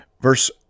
Verse